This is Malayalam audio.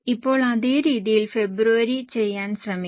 ഇപ്പോൾ അതേ രീതിയിൽ ഫെബ്രുവരി ചെയ്യാൻ ശ്രമിക്കുക